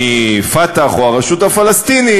מ"פתח" או הרשות הפלסטינית,